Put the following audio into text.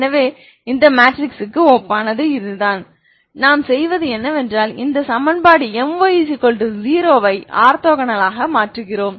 எனவே இந்த மேட்ரிக்ஸுக்கு ஒப்பானது இதுதான் நாம் செய்வது என்னவென்றால் இந்த சமன்பாடு My 0 ஐ ஆர்த்தோகோனல் ஆக மாற்றுகிறோம்